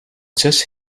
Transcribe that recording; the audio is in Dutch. zus